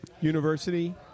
university